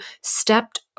stepped